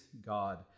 God